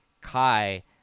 Kai